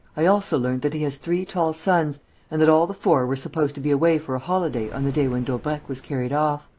i also learnt that he has three tall sons and that all the four were supposed to be away for a holiday on the day when daubrecq was carried off.